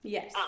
Yes